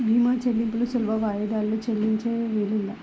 భీమా చెల్లింపులు సులభ వాయిదాలలో చెల్లించే వీలుందా?